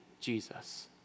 Jesus